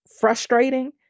frustrating